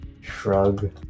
Shrug